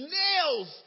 nails